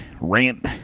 rant